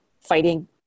fighting